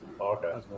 Okay